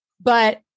But-